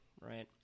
right